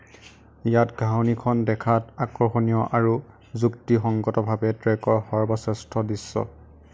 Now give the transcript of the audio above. ইয়াত ঘাঁহনিখন দেখাত আকৰ্ষণীয় আৰু যুক্তিসঙ্গতভাৱে ট্ৰেকৰ সৰ্বশ্ৰেষ্ঠ দৃশ্য